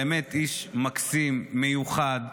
באמת איש מקסים, מיוחד,